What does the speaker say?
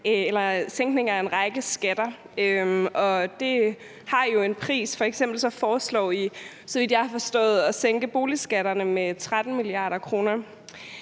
foreslået sænkninger af en række skatter, og det har jo en pris. F.eks. foreslår I, så vidt jeg har forstået, at sænke boligskatterne med 13 mia. kr.